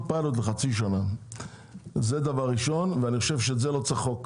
אני חושב שלא צריך חוק לצורך כך,